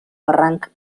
barranc